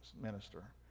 minister